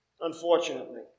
unfortunately